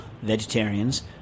Vegetarians